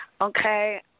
Okay